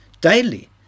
Daily